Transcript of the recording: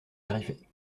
arrivait